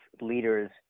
leaders